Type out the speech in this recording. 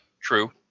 true